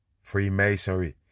freemasonry